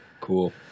Cool